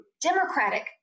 Democratic